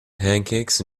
pancakes